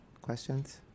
questions